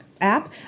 app